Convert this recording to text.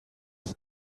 sind